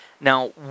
Now